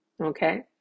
okay